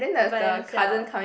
by themself